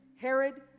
Herod